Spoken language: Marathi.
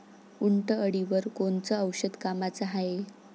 उंटअळीवर कोनचं औषध कामाचं हाये?